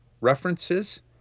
references